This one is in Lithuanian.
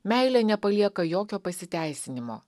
meilė nepalieka jokio pasiteisinimo